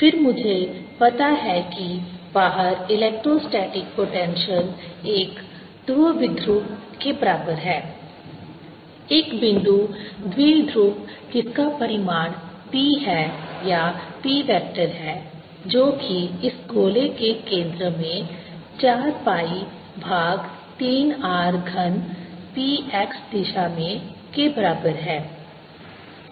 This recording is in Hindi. फिर मुझे पता है कि बाहर इलेक्ट्रोस्टैटिक पोटेंशियल एक द्विध्रुव के बराबर है एक बिंदु द्विध्रुव जिसका परिमाण P है या P वेक्टर है जो कि इस गोले के केंद्र में 4 pi भाग 3 R घन P x दिशा में के बराबर है